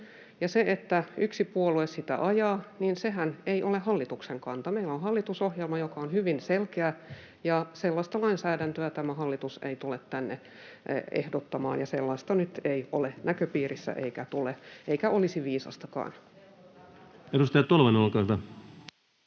se, että yksi puolue sitä ajaa, sehän ei ole hallituksen kanta. [Petri Huru: Eikä vasemmiston ainakaan!] Meillä on hallitusohjelma, joka on hyvin selkeä, ja sellaista lainsäädäntöä tämä hallitus ei tule tänne ehdottamaan, ja sellaista nyt ei ole näköpiirissä eikä tule, eikä olisi viisastakaan. [Speech 20] Speaker: